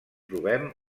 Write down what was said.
trobem